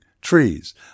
trees